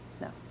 No